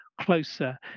closer